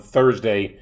Thursday